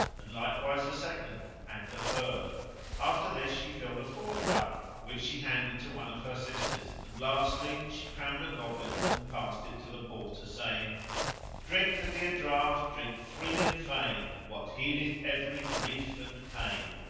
and likewise a second and a third after this she filled a fourth cup which she handed to one of her sisters and, lastly, she crowned a goblet and passed it to the porter, saying drink the dear draught, drink free and fain what healeth every grief and pain.